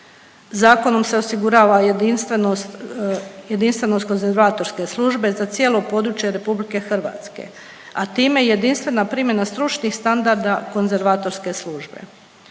Zakonom se osigurava jedinstvenost konzervatorske službe za cijelo područje RH, a time i jedinstvena primjerna stručnih standarda konzervatorske službe,